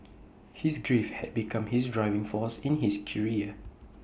his grief had become his driving force in his career